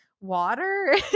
water